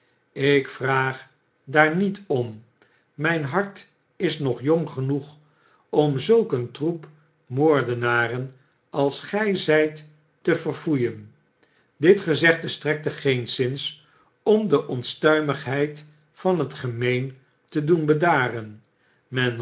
ik vraag daar niet om mijn hart is nog jong genoeg om zulk een troep moordenaren als gij zijt te verfoeien dit gezegde strekte geenszins om de onstuimigheid van het gemeen te doen bedaren